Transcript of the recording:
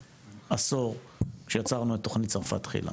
עשור כשיצרנו את תוכנית "צרפת תחילה".